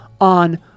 on